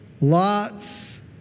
Lot's